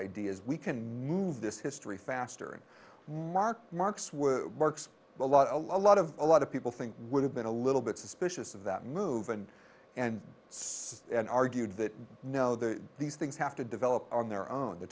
ideas we can move this history faster and mark marks were works a lot a lot of a lot of people think would have been a little bit suspicious of that move and and and argued that no the these things have to develop on their own the